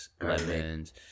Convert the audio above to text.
lemons